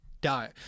Die